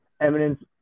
Eminence